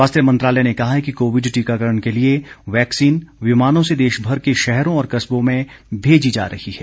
स्वास्थ्य मंत्रालय ने कहा है कि कोविड टीकाकरण के लिए वैक्सीन विमानों से देशभर के शहरों और कस्बों में भेजी जा रही है